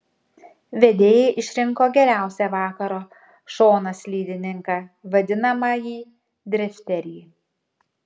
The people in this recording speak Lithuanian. vedėjai išrinko geriausią vakaro šonaslydininką vadinamąjį drifterį